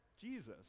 Jesus